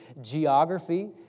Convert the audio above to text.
geography